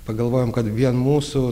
pagalvojom kad vien mūsų